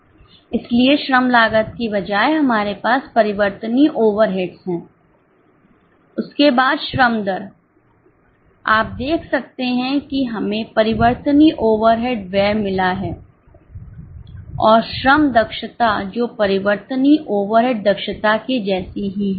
इसलिए श्रम लागत के बजाय हमारे पास परिवर्तनीय ओवरहेड्स हैं उसके बाद श्रम दर आप देख सकते हैं कि हमें परिवर्तनीय ओवरहेड व्यय मिला है और श्रम दक्षता जो परिवर्तनीय ओवरहेड दक्षता के जैसी ही है